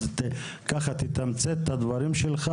אז ככה תתמצת את הדברים שלך,